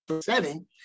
setting